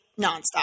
nonstop